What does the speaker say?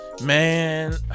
Man